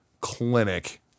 clinic